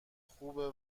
خوبه